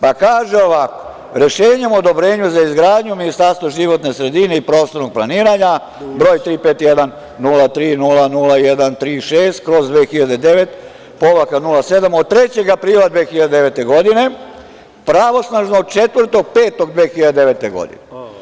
Pa, kaže ovako – rešenjem o odobrenju za izgradnju Ministarstvo životne sredine i prostornog planiranja, broj 3510300136/2009-07, od 3. aprila 2009. godine, pravosnažno 4.05.2009. godine.